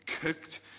cooked